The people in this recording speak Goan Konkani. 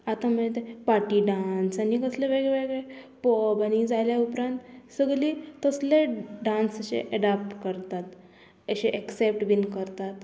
आतां माय तें पार्टी डांस आनी कसले वेगळे वेगळे पोवप आनी जाल्या उपरांत सगली तसले डांस अशें एडाप्ट करतात अशें एक्सेप्ट बीन करतात